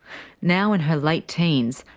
now in her late teens,